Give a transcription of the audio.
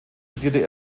studierte